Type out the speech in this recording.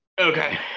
Okay